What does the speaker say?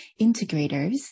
integrators